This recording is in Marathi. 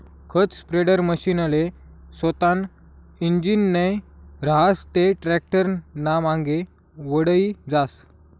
खत स्प्रेडरमशीनले सोतानं इंजीन नै रहास ते टॅक्टरनामांगे वढाई जास